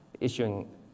issuing